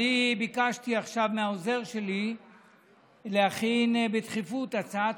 ביקשתי עכשיו מהעוזר שלי להכין בדחיפות הצעת